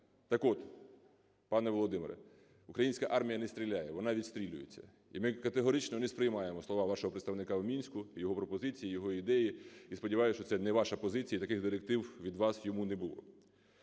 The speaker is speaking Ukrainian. Так от, пане Володимире, українська армія не стріляє, вона відстрілюється. І ми категорично не сприймаємо слова вашого представника в Мінську, його пропозиції, його ідеї. І сподіваюсь, що це не ваша позиція і таких директив від вас йому не було.